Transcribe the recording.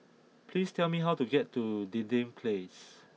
please tell me how to get to Dinding Place